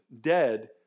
Dead